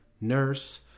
nurse